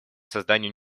созданию